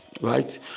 right